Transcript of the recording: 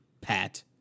Pat